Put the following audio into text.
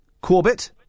Corbett